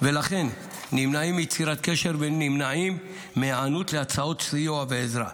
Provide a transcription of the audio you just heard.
ולכן נמנעים מיצירת קשר ונמנעים מהיענות להצעות סיוע ועזרה.